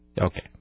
Okay